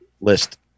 list